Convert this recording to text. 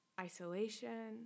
isolation